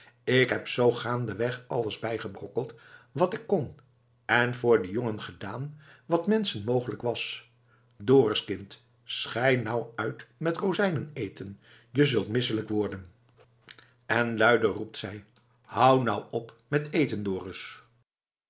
ik heb zoo gaandeweg alles bijgebrokkeld wat ik kon en voor dien jongen gedaan wat menschen mogelijk was dorus kind schei nou uit met rozijnen eten je zult misselijk worden en luider roept zij hou nou op met eten